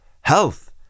health